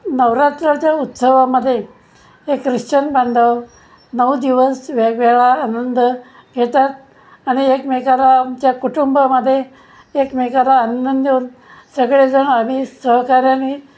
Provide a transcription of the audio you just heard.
नवरात्राच्या उत्सवामध्ये एक क्रिश्चन बांधव नऊ दिवस वेगवेगळा आनंद घेतात आणि एकमेकाला आमच्या कुटुंबामध्ये एकमेकाला आनंद देऊन सगळेजण आम्ही सहकार्याने